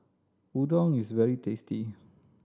udon is very tasty